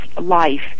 life